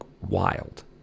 wild